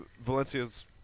Valencia's